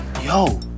yo